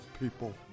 people